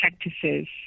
practices